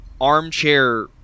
armchair